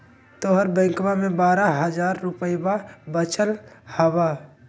तोहर बैंकवा मे बारह हज़ार रूपयवा वचल हवब